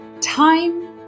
Time